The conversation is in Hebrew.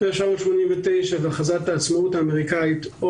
ב-1789 ובהכרזת העצמאות האמריקאית.